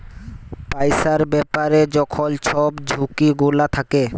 পইসার ব্যাপারে যখল ছব ঝুঁকি গুলা থ্যাকে